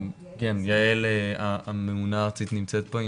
יעל הממונה הארצית נמצאת פה.